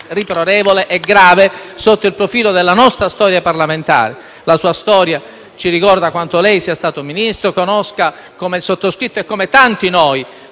riprovevole e grave sotto il profilo della nostra storia parlamentare. La sua storia ci ricorda quanto lei, essendo stato Ministro, conosca - come il sottoscritto, e come tanti di